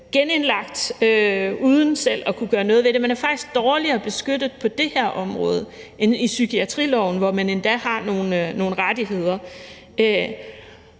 genindlagt uden selv at kunne gøre noget ved det. Man er faktisk dårligere beskyttet på det her område end i psykiatriloven, hvor man faktisk har nogle rettigheder.